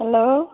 hello